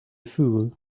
fool